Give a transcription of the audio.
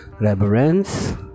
reverence